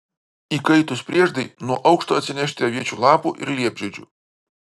įkaitus prieždai nuo aukšto atsinešti aviečių lapų ir liepžiedžių